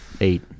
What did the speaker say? Eight